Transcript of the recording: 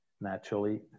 naturally